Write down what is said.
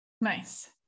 Nice